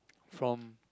from